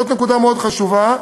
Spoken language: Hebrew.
זאת נקודה מאוד חשובה,